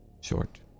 short